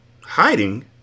Hiding